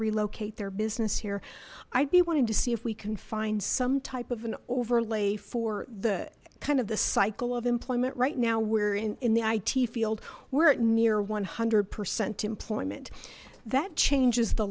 relocate their business here i'd be wanting to see if we can find some type of an overlay for the kind of the cycle of employment right now we're in the it field we're at near one hundred percent employment that changes the